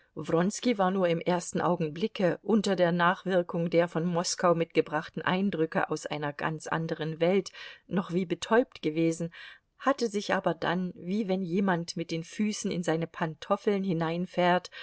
war nur im ersten augenblicke unter der nachwirkung der von moskau mitgebrachten eindrücke aus einer ganz anderen welt noch wie betäubt gewesen hatte sich aber dann wie wenn jemand mit den füßen in seine pantoffeln